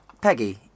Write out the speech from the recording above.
Peggy